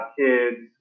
kids